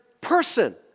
person